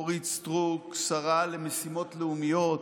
אורית סטרוק, שרה למשימות לאומיות,